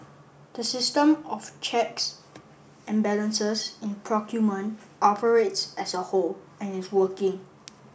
the system of checks and balances in procurement operates as a whole and is working